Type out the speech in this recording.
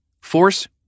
Force